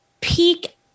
peak